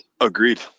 Agreed